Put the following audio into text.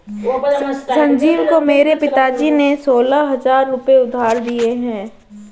संजीव को मेरे पिताजी ने सोलह हजार रुपए उधार दिए हैं